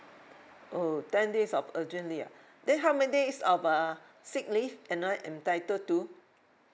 oh ten days of urgent leave ah then how many days of uh sick leave am I entitled to